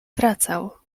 wracał